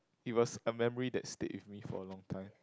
it was a memory that stayed with me for a long time